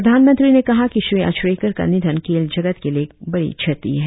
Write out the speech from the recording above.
प्रधानमंत्री ने कहा कि श्री आचरेकर का निधन खेल जगत के लिए एक बड़ी क्षति है